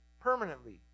permanently